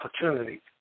opportunity